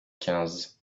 quinze